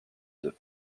deux